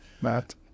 Matt